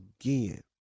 again